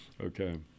Okay